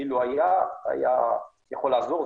אילו היה יכול לעזור.